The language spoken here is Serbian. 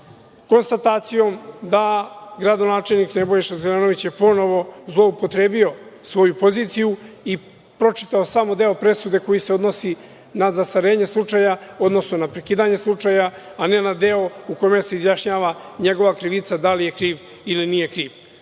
konstatacijom da je gradonačelnik Nebojša Zelenović ponovo zloupotrebio svoju poziciju i pročitao samo deo presude koji se odnosi na zastarenje slučaja, odnosno na prekidanje slučaja, a ne na deo u kome se izjašnjava njegova krivica da li je kriv, ili nije kriv. Mi